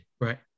Right